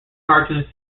cartoon